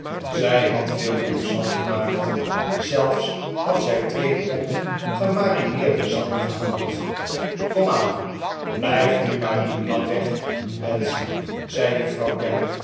zij had veel omslag gemaakt zelfs had zij twee pond gemarineerden zalm gehaald komaan blijf nu maar niet lang weg betsy zei juffrouw